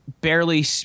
barely